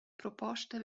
proposta